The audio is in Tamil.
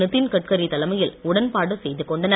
நிதின் கட்கரி தலைமையில் உடன்பாடு செய்து கொண்டனர்